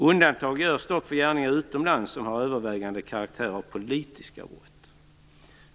Undantag görs dock för gärningar utomlands som har övervägande karaktär av politiska brott.